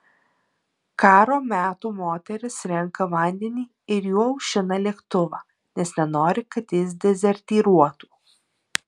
karo metų moteris renka vandenį ir juo aušina lėktuvą nes nenori kad jis dezertyruotų